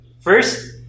First